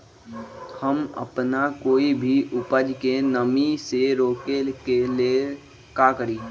हम अपना कोई भी उपज के नमी से रोके के ले का करी?